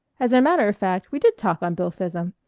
as a matter of fact we did talk on bilphism.